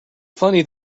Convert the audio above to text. funny